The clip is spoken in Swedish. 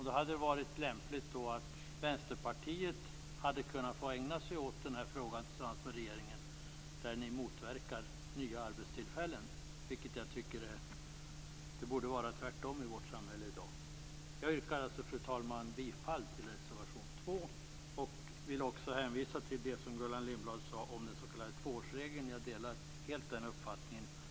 Då hade det varit lämpligt att Vänsterpartiet fått ägna sig åt den här frågan tillsammans med regeringen, där ni motverkar nya arbetstillfällen. Jag tycker att det borde vara tvärtom i vårt samhälle i dag. Jag yrkar alltså, fru talman, bifall till reservation 2 och vill också hänvisa till det Gullan Lindblad sade om den s.k. tvåårsregeln. Jag delar helt den uppfattningen.